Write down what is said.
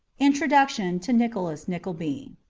introduction to nicholas nickleby